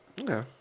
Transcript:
Okay